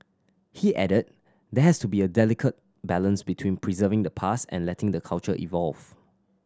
he added there has to be a delicate balance between preserving the past and letting the culture evolve